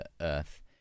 Earth